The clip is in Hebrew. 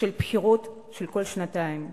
של בחירות כל שנתיים.